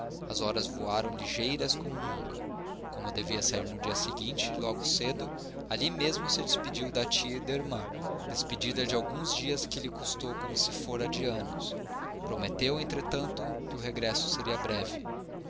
as horas voaram ligeiras como nunca como devia sair no dia seguinte logo cedo ali mesmo se despediu da tia e da irmã despedida de alguns dias que lhe custou como se fora de anos prometeu entretanto que o regresso seria breve